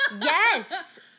Yes